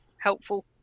helpful